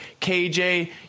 kj